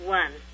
one